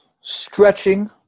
stretching